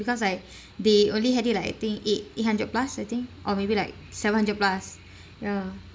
because like they only had it I think eight eight hundred plus I think or maybe like seven hundred plus ya